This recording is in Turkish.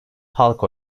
halk